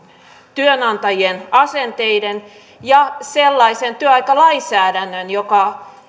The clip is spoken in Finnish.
työnantajien asenteiden ja sellaisen työaikalainsäädännön suhteen joka